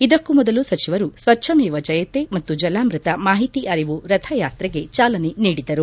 ಇದಕ್ಕೂ ಮೊದಲು ಸಚಿವರು ಸ್ವಚ್ಛಮೇವ ಜಯತೇ ಮತ್ತು ಜಲಾಮೃತ ಮಾಹಿತಿ ಅರಿವು ರಥ ಯಾತ್ರೆಗೆ ಚಾಲನೆ ನೀಡಿದರು